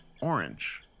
orange